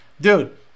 dude